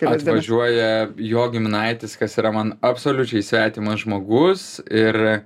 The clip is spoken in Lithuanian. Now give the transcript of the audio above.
atvažiuoja jo giminaitis kas yra man absoliučiai svetimas žmogus ir